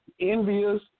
envious